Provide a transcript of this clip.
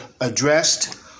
addressed